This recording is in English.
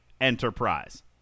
Enterprise